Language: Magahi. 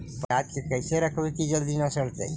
पयाज के कैसे रखबै कि जल्दी न सड़तै?